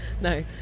no